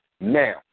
Now